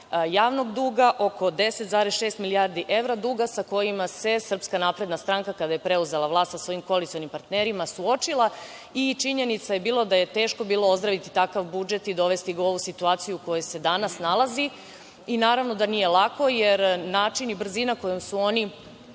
javnog duga, oko 10,6 milijardi evra duga sa kojima se SNS, kada je preuzela vlast sa svojim koalicionim partnerima, suočila i činjenica je bila da je teško bilo ozdraviti takav budžet i dovesti ga u ovu situaciju u kojoj se danas nalazi. Naravno da nije lako, način i brzina kojom su oni